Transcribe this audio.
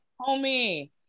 homie